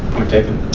point taken.